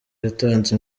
yatanze